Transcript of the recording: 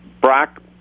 Brock